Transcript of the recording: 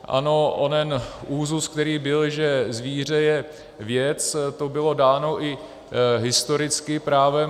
Ano, onen úzus, který byl, že zvíře je věc, to bylo dáno i historicky právem.